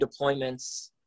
deployments